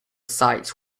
sites